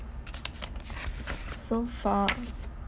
so far